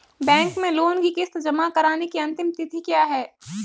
Bank में loan की किश्त जमा कराने की अंतिम तिथि क्या है?